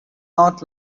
not